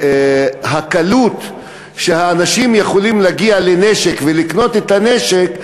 הקלות שבה אנשים יכולים להגיע לנשק ולקנות את הנשק.